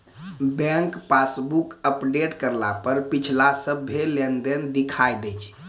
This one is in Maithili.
बैंक पासबुक अपडेट करला पर पिछला सभ्भे लेनदेन दिखा दैय छै